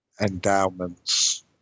endowments